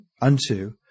unto